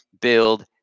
build